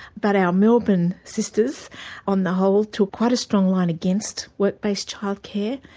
but our melbourne sisters on the whole took quite a strong line against work-based childcare.